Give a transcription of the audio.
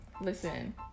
listen